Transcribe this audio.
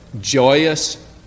joyous